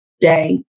day